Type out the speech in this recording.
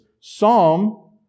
Psalm